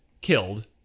killed